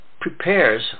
prepares